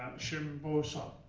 shim bo-seon.